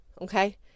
Okay